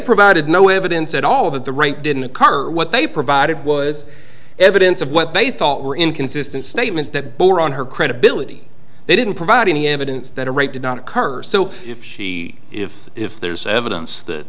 provided no evidence at all that the right didn't occur what they provided was evidence of what they thought were inconsistent statements that bore on her credibility they didn't provide any evidence that a rape did not occur so if she if if there's evidence that